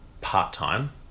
part-time